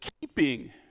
keeping